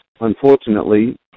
unfortunately